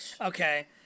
Okay